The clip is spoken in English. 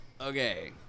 Okay